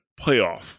playoff